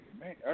man